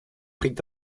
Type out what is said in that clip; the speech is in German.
bringt